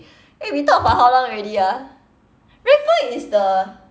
eh we talk for how long already ah rank point is the